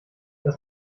das